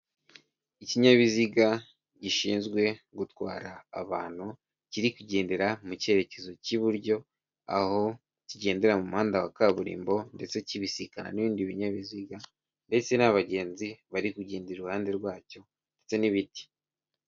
Ikinyabiziga gishinzwe gutwara abantu, kiri kugendera mu cyerekezo cy'iburyo, aho kigendera mu muhanda wa kaburimbo ndetse kibisikana n'ibindi binyabiziga, ndetse n'abagenzi bari kugenda iruhande rwacyo, ndetse n'ibiti.